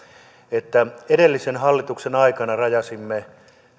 että edellisen hallituksen aikana rajasimme